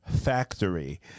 Factory